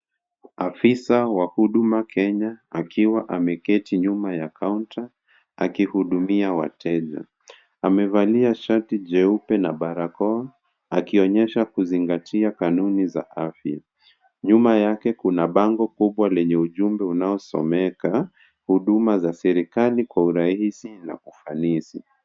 Afisa wa Huduma Kenya akiwa ameketi nyuma ya kaunta akihudumia wateja. Amevalia shati jeupe na barakoa, akionyesha kuzingatia kanuni za afya. Nyuma yake kuna bango kubwa lenye ujumbe unao someka huduma za serikali kwa urahisi na ufanisi.